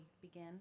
begin